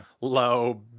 low